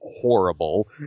horrible